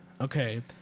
okay